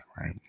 right